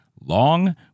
long